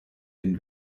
den